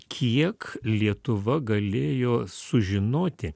kiek lietuva galėjo sužinoti